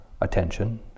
attention